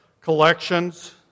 collections